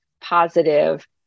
positive